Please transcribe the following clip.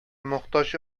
мохтаҗ